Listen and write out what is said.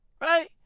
Right